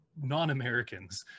non-Americans